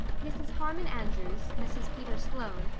mrs. harmon andrews, mrs. peter sloane,